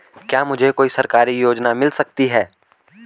क्या मुझे कोई सरकारी योजना मिल सकती है?